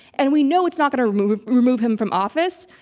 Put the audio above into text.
and we know it's not going to remove remove him from office.